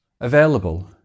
available